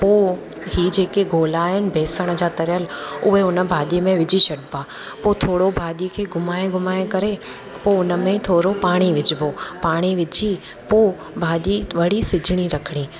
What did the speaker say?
पोइ हीउ जेके गोला आहिनि बेसण जा तरियल उहे उन भाॼी में विझी छॾिबा पोइ थोरो भाॼी खे घुमाए घुमाए करे पोइ उन में थोरो पाणी विझिबो पाणी विझी पोइ भाॼी वरी सिजणी रखणी